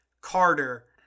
Carter